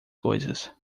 coisas